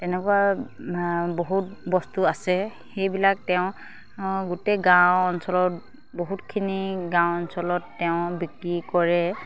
তেনেকুৱা বহুত বস্তু আছে সেইবিলাক তেওঁ গোটেই গাঁও অঞ্চলত বহুতখিনি গাঁও অঞ্চলত তেওঁ বিক্ৰী কৰে